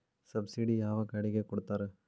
Subsidy ಯಾವ ಗಾಡಿಗೆ ಕೊಡ್ತಾರ?